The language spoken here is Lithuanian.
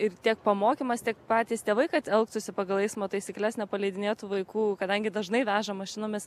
ir tiek pamokymas tiek patys tėvai kad elgtųsi pagal eismo taisykles nepaleidinėtų vaikų kadangi dažnai veža mašinomis